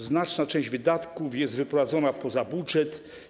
Znaczna część wydatków jest wyprowadzona poza budżet.